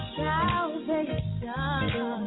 salvation